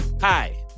Hi